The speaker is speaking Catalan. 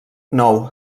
nou